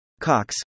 Cox